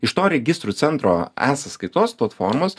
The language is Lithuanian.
iš to registrų centro e sąskaitos platformos